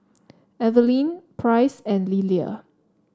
Evelin Price and Lillia